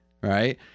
right